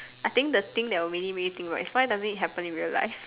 I think the thing that really make me think is why doesn't it happen in real life